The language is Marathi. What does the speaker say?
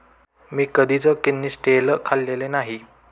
मी कधीच किनिस्टेल खाल्लेले नाही